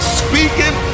speaking